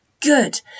good